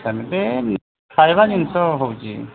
ସେମତି ଖାଇବା ଜିନିଷ ହେଉଛି